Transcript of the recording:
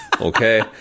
Okay